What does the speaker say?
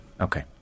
Okay